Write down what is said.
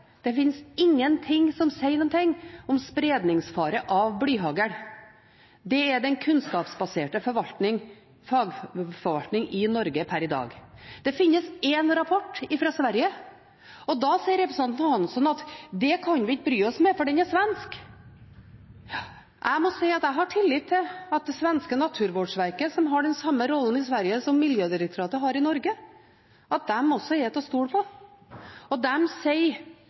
Det finnes ingenting som sier noe om spredningsfare av blyhagl. Det er den kunnskapsbaserte fagforvaltning i Norge per i dag. Det finnes én rapport, fra Sverige, og da sier representanten Hansson at det kan vi ikke bry oss med, for den er svensk. Jeg må si at jeg har tillit til det svenske Naturvårdsverket, som har den samme rollen i Sverige som Miljødirektoratet har i Norge, at de er til å stole på. De sier